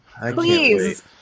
Please